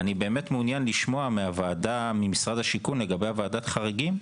אני באמת מעוניין לשמוע ממשרד השיכון לגבי ועדת החריגים,